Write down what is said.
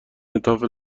انعطاف